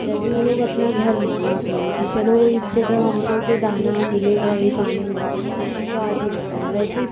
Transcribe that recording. जैसे वे लोग अपना घर मान लेती हैं कि चलो इस जगह हमको तो दाना मिलेगा ही पानी मिलेगा तो आती रहती हैं